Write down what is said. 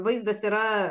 vaizdas yra